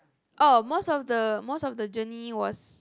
oh most of the most of the journey was